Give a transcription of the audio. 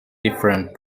different